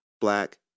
Black